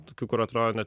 tokių kur atrodo net